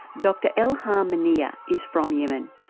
dr elham um manea is from yemen,